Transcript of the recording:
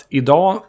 idag